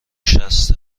شصت